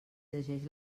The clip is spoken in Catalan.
llegeix